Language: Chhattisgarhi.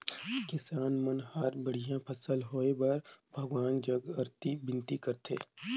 किसान मन हर बड़िया फसल होए बर भगवान जग अरती बिनती करथे